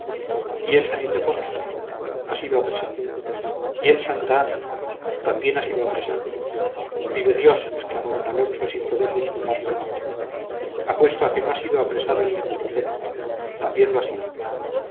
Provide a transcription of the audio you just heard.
y el san ildefonso ha sido apresado y el santa ana también ha sido apresado vive dios exclamó d alonso sin poder disimular su enojo apuesto a que no ha sido apresado el nepomuceno también lo ha sido